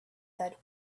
that